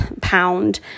pound